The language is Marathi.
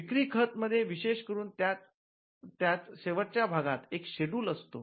विक्री खत मध्ये विशेष करून त्याच शेवटच्या भागात एक शेड्युल भाग असतो